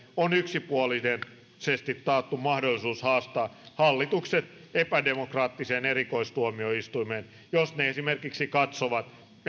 on yksipuolisesti taattu mahdollisuus haastaa hallitukset epädemokraattiseen erikoistuomioistuimeen jos ne esimerkiksi katsovat